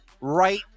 right